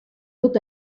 dut